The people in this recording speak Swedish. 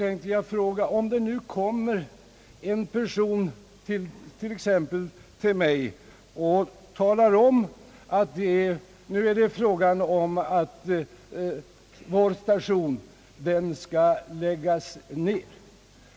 Antag att det nu kommer en person till mig och talar om att det nu är fråga om att stationen nå hans ort skall läggas ned.